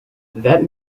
that